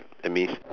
that means